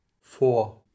four